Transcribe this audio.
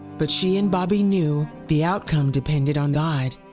but she and bobby knew the outcome depended on god.